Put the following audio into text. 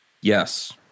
yes